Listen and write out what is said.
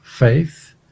faith